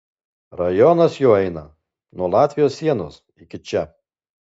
rajonas jo eina nuo latvijos sienos iki čia